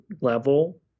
level